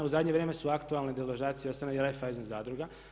U zadnje vrijeme su aktualne deložacije od strane Raiffeisen zadruga.